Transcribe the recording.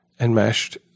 enmeshed